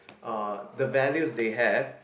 uh the values they have